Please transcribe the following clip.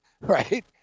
right